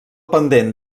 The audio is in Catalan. pendent